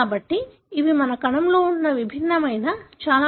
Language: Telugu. కాబట్టి ఇవి మన కణంలో ఉండే విభిన్నమైన చాలా కాంపాక్ట్ నిర్మాణాలు